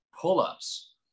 pull-ups